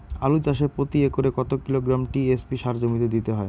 আলু চাষে প্রতি একরে কত কিলোগ্রাম টি.এস.পি সার জমিতে দিতে হয়?